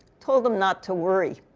told him not to worry.